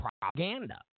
propaganda